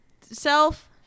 self